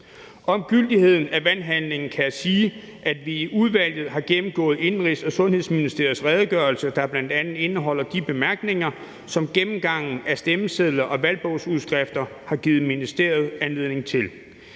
Om gyldigheden af valghandlingen kan jeg sige, at vi i udvalget har gennemgået Indenrigs- og Sundhedsministeriets redegørelse, der bl.a. indeholder de bemærkninger, som gennemgangen af stemmesedler og valgbogsudskrifter har givet ministeriet anledning til.